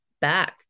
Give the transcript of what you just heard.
back